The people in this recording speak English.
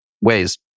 ways